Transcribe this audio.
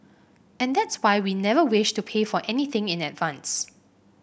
and that's why we never wished to pay for anything in advance